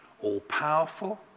all-powerful